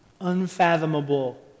unfathomable